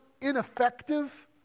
ineffective